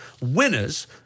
winners